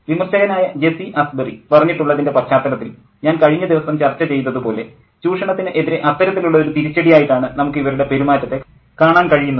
വിമർശകനായ Jessie Asbury പറഞ്ഞിട്ടുള്ളതിൻ്റെ പശ്ചാത്തലത്തിൽ ഞാൻ കഴിഞ്ഞ ദിവസം ചർച്ച ചെയ്തതു പോലെ ചൂഷണത്തിന് എതിരേ അത്തരത്തിലുള്ള ഒരു തിരിച്ചടി ആയിട്ടാണ് നമുക്ക് ഇവരുടെ പെരുമാറ്റത്തെ കാണാൻ കഴിയുന്നത്